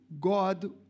God